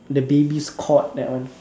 the babies cord that one